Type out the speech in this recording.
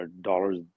dollars